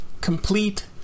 complete